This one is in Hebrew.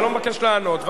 אתה לא מבקש לענות.